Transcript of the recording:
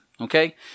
Okay